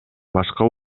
башка